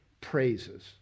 praises